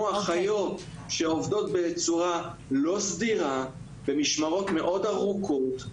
כמו אחיות שעובדות בצורה לא סדירה ובמשמרות מאוד ארוכות.